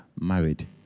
Married